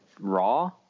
raw